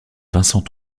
vincent